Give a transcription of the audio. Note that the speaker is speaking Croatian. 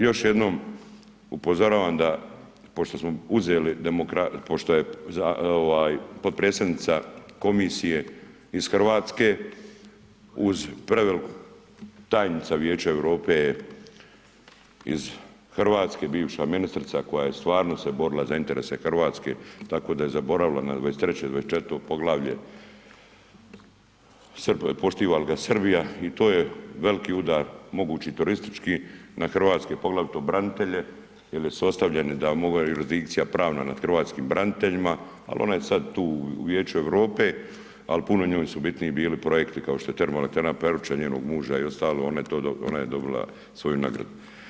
Još jednom upozoravam da pošto je potpredsjednica komisije iz RH uz prvu tajnica Vijeća Europe je iz RH, bivša ministrica koja je stvarno se borila za interese RH, tako da je zaboravila na 23., 24. poglavlje, poštiva li ga Srbija i to je veliki udar mogući turistički na hrvatske, poglavito branitelje jel je se ostavljeni da mogu jurisdikcija pravna nad hrvatskim braniteljima, al ona je sad tu u Vijeću Europe, al puno njoj su bitniji bili projekti kao što je Termoelektrana Peruča i njenog muža i ostalo, ona je dobila svoju nagradu.